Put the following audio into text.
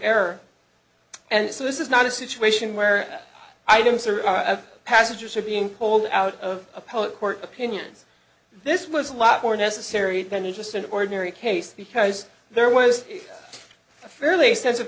error and so this is not a situation where items or passengers are being polled out of appellate court opinions this was a lot more necessary than just an ordinary case because there was a fairly extensive